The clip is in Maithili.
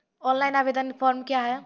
ऑनलाइन आवेदन फॉर्म क्या हैं?